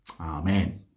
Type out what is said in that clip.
Amen